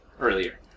earlier